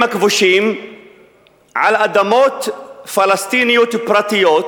הכבושים על אדמות פלסטיניות יוקרתיות,